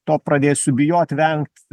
to pradėsiu bijot vengt